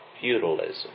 feudalism